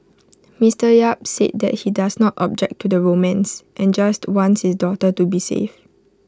Mister yap said that he does not object to the romance and just wants his daughter to be safe